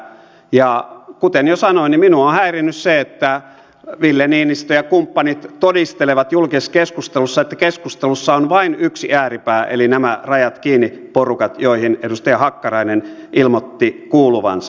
ja kuten jo sanoin niin minua on häirinnyt se että ville niinistö ja kumppanit todistelevat julkisessa keskustelussa että keskustelussa on vain yksi ääripää eli nämä rajat kiinni porukat joihin edustaja hakkarainen ilmoitti kuuluvansa